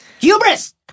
Hubris